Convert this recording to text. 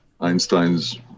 Einstein's